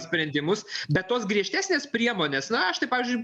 sprendimus bet tos griežtesnės priemonės na aš tai pavyzdžiui